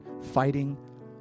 fighting